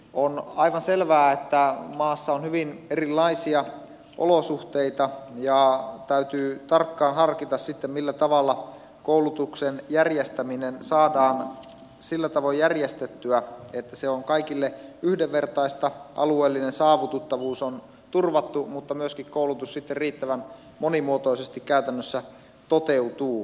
on aivan selvää että maassa on hyvin erilaisia olosuhteita ja täytyy tarkkaan harkita sitten millä tavalla koulutuksen järjestäminen saadaan sillä tavoin järjestettyä että se on kaikille yhdenvertais ta alueellinen saavutettavuus on turvattu mutta että myöskin koulutus sitten riittävän monimuotoisesti käytännössä toteutuu